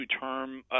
term